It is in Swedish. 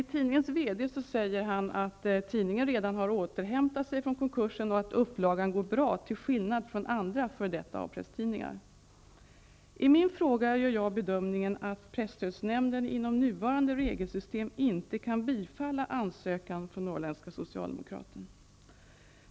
Tidningens VD säger nu att tidningen har återhämtat sig från konkursen och att upplagan går bra till skillnad från andra f.d. A I min fråga gör jag bedömningen att presstödsnämnden inom nuvarande regelsystem inte kan bifalla ansökan från Norrländska Socialdemokraten.